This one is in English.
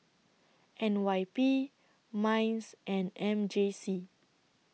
N Y P Minds and M J C